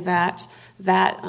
that that